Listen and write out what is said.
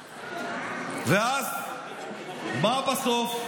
ואז, מה בסוף?